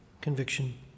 conviction